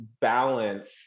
balance